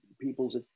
people's